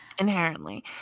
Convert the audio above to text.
Inherently